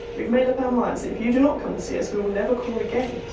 we've made up our minds that if you do not come and see us, we will never call again.